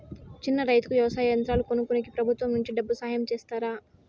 చిన్న రైతుకు వ్యవసాయ యంత్రాలు కొనుక్కునేకి ప్రభుత్వం నుంచి డబ్బు సహాయం చేస్తారా?